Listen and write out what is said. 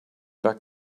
back